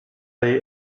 jej